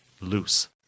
loose